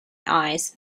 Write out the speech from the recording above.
eyes